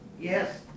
Yes